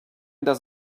does